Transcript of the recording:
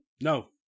No